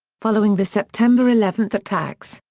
following the september eleven attacks,